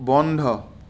বন্ধ